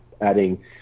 adding